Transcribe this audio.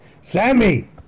Sammy